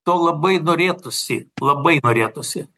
to labai norėtųsi labai norėtųsi